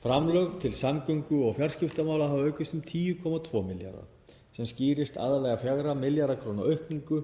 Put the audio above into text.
Framlög til samgöngu- og fjarskiptamála hafa aukist um 10,2 milljarða sem skýrist aðallega af 4 milljarða kr. aukningu